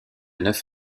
neuf